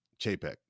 chapek